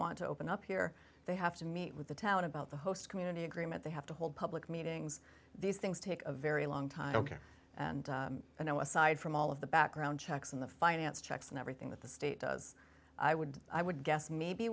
want to open up here they have to meet with the town about the host community agreement they have to hold public meetings these things take a very long time ok you know aside from all of the background checks and the finance checks and everything that the state does i would i would guess maybe